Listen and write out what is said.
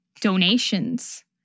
donations